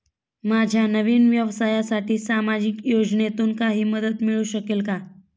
माझ्या नवीन व्यवसायासाठी सामाजिक योजनेतून काही मदत मिळू शकेल का?